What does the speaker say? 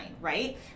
right